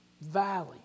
valley